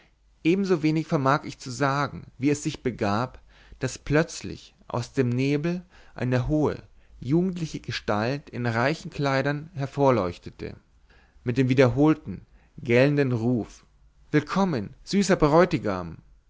ebensowenig vermag ich zu sagen wie es sich begab daß plötzlich aus dem nebel eine hohe jugendliche gestalt in reichen kleidern hervorleuchtete mit dem wiederholten gellenden ruf willkommen süßer bräutigam